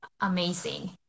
amazing